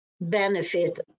benefit